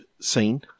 scene